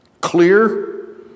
clear